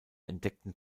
entdeckten